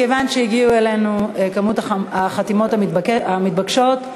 מכיוון שהגיעה אלינו כמות החתימות המתבקשת,